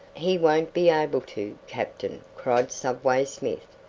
he won't be able to, captain, cried subway smith,